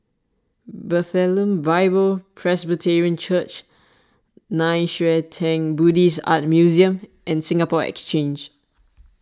Bethlehem Bible Presbyterian Church Nei Xue Tang Buddhist Art Museum and Singapore Exchange